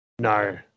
No